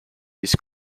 this